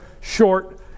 Short